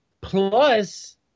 plus